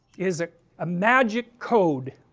is a ah magic code